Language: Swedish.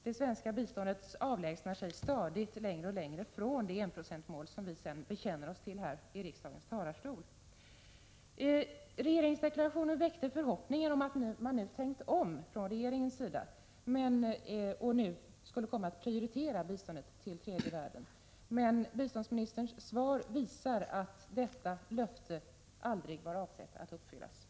Det svenska biståndet avlägsnar sig stadigt längre och längre från det enprocentsmål som vi bekänner oss till här i riksdagens talarstol. Regeringsdeklarationen väckte förhoppningen att man från regeringens sida tänkt om och skulle komma att prioritera biståndet till tredje världen, men biståndsministerns svar visar att detta löfte aldrig var avsett att uppfyllas.